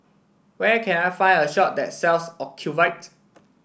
where can I find a shop that sells Ocuvite